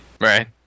Right